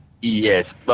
Yes